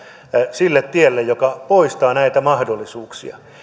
sille tielle joka poistaa näitä mahdollisuuksia